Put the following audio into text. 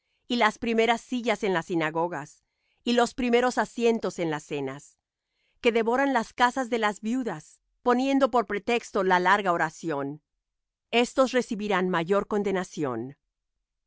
y las primeras sillas en las sinagogas y los primeros asientos en las cenas que devoran las casas de las viudas poniendo por pretexto la larga oración éstos recibirán mayor condenación